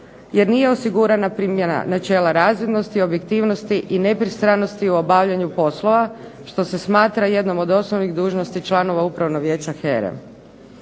jer nije osigurana primjena načela razvidnosti, objektivnosti i nepristranosti u obavljanju poslova što se smatra jednom od osnovnih dužnosti članova Upravnog vijeća HERA-e.